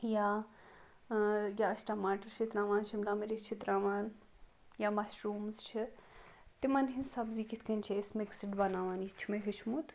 یا یا أسۍ ٹَماٹر چھِ ترٛاوان شِملاہ مِرٕچ چھِ ترٛاوان یا مَشروٗمز چھِ تِمَن ہٕنٛز سبزی کِتھٕ کٔنۍ چھِ أسۍ مِکسٕڈ بَناوان یہِ چھُ مےٚ ہیٚوچھمُت